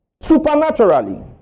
supernaturally